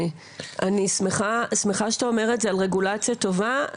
אני שמחה שאתה אומר את זה על רגולציה טובה.